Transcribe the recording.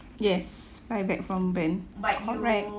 yes fly back from bern correct